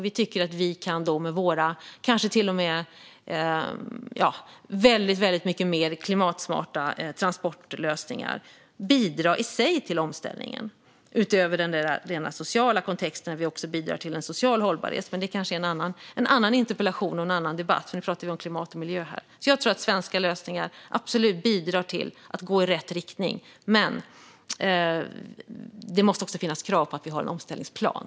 Vi tycker att vi med våra väldigt mycket klimatsmartare transportlösningar kan bidra till omställningen i sig, utöver den rent sociala kontexten att vi också bidrar till social hållbarhet. Men det kanske är en annan interpellationsdebatt. Nu pratar vi om klimat och miljö här. Jag tror att svenska lösningar absolut bidrar till att gå i rätt riktning, men det måste också finnas krav på en omställningsplan.